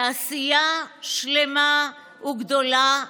תעשייה שלמה וגדולה הופסקה.